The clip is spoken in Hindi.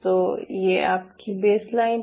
तो ये आपकी बेसलाइन है